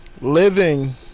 living